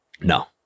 No